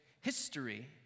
history